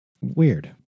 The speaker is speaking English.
weird